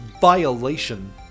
violation